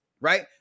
right